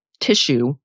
tissue